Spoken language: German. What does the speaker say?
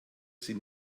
sie